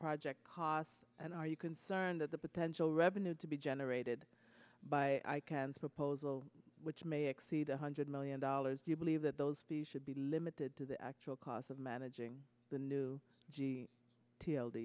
project cost and are you concerned that the potential revenue to be generated by the proposal which may exceed one hundred million dollars do you believe that those be should be limited to the actual cost of managing the new g t